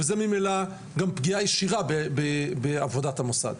וזה ממילא גם פגיעה ישירה בעבודת המוסד.